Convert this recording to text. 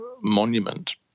monument